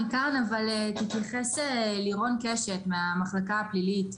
אני כאן אבל תתייחס לירון קשת מהמחלקה הפלילית.